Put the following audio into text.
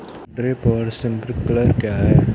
Drip और sprinkler क्या हैं?